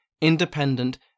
independent